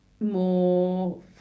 more